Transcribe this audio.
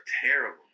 terrible